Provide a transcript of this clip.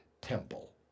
temple